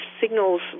signals